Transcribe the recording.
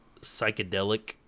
psychedelic